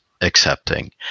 accepting